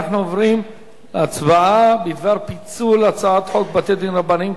אנחנו עוברים להצבעה בדבר פיצול הצעת חוק בתי-דין רבניים